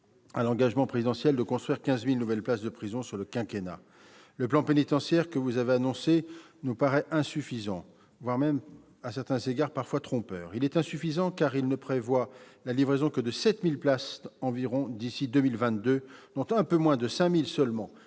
à l'engagement présidentiel de construire 15 000 nouvelles places de prison sur le quinquennat. Le plan pénitentiaire que vous avez annoncé nous paraît insuffisant, voire trompeur à certains égards. Il est insuffisant, car il ne prévoit la livraison que de 7 000 places environ d'ici à 2022, dont un peu moins de 5 000 seulement